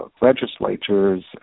legislatures